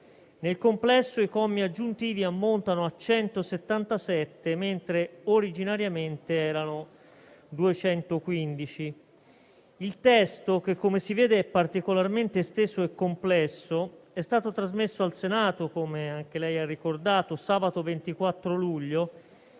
nel complesso i commi aggiuntivi ammontano a 177, mentre originariamente erano 215. Il testo, che, come si vede, è particolarmente esteso e complesso, è stato trasmesso al Senato, come anche lei ha ricordato, sabato 24 luglio